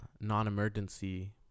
non-emergency